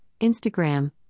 Instagram